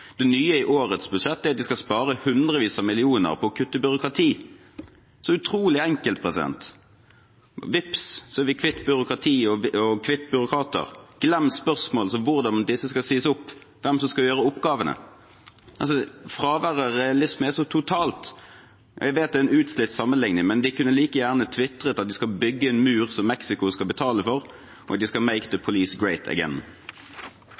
Det nye i årets budsjett er at de skal spare hundrevis av millioner på å kutte i byråkrati. Så utrolig enkelt: Vips er vi kvitt byråkratiet og kvitt byråkrater – glem spørsmål som hvordan disse skal sies opp, og hvem som skal gjøre oppgavene. Fraværet av realisme er så totalt. Jeg vet det er en utslitt sammenligning, men de kunne like gjerne tvitret at de skal bygge en mur som Mexico skal betale for, og at de skal «make the police great again». Presidenten gjør oppmerksom på at det